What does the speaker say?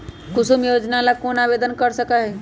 कुसुम योजना ला कौन आवेदन कर सका हई?